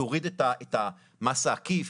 תוריד את המס העקיף,